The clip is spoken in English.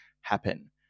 happen